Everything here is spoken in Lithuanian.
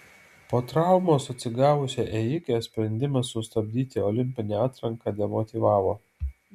po traumos atsigavusią ėjikę sprendimas sustabdyti olimpinę atranką demotyvavo